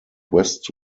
west